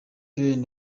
ben